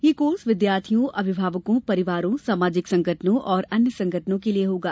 यह कोर्स विद्यार्थियों अभिभावकों परिवारों सामाजिक संगठनों और अन्य संगठनों के लिए होगा